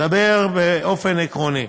אני מדבר באופן עקרוני.